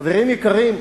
חברים יקרים,